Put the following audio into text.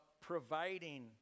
providing